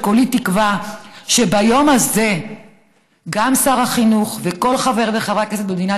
וכולי תקווה שביום הזה גם שר החינוך וכל חבר וחברת כנסת במדינת